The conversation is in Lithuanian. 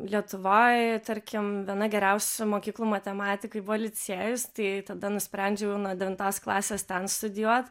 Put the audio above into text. lietuvoj tarkim viena geriausių mokyklų matematikai buvo licėjus tai tada nusprendžiau nuo devintos klasės ten studijuot